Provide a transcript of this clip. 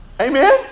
amen